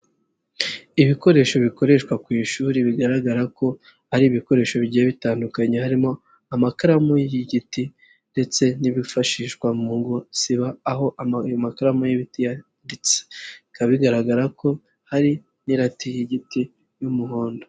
Ibikoresho bikoreshwa ku ishuri bigaragara ko ari ibikoresho bigiye bitandukanye, harimo amakaramu y'igiti ndetse n'ibyifashishwa mu gusiba aho ayo makaramu y'ibiti yanditse, bikaba bigaragara ko hari n'irati y'igiti y'umuhondo.